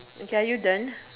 okay are you done